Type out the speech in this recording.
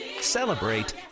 celebrate